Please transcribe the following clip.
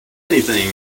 anything